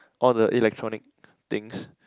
all the electronic things